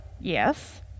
Yes